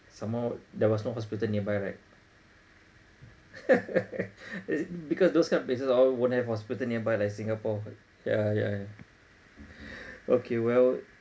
some more that was no hospital nearby right is it because those kind of places all won't have hospitals nearby like singapore yeah yeah okay well